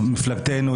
מפלגתנו,